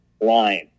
line